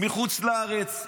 מחוץ לארץ.